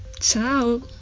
Ciao